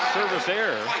service error.